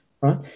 right